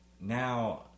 now